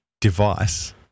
device